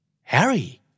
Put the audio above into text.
Harry